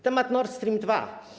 Temat Nord Stream 2.